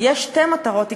יש שתי מטרות עיקריות: